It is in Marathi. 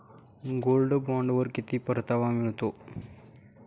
गोल्ड बॉण्डवर किती परतावा मिळतो?